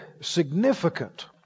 significant